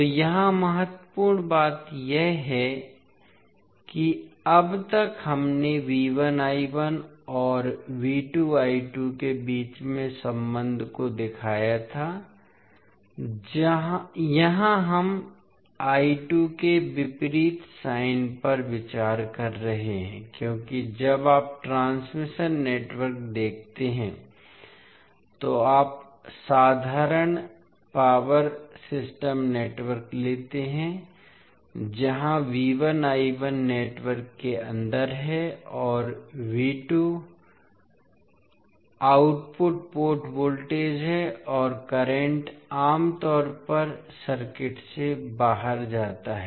तो यहाँ महत्वपूर्ण बात यह है कि अब तक हमने और के बीच के संबंध को दिखाया था यहाँ हम के विपरीत साइन पर विचार कर रहे हैं क्योंकि जब आप ट्रांसमिशन नेटवर्क देखते हैं तो आप साधारण पावर सिस्टम नेटवर्क लेते हैं जहाँ नेटवर्क के अंदर है और आउटपुट पोर्ट वोल्टेज है और करंट आम तौर पर सर्किट से बाहर जाता है